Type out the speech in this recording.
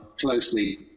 closely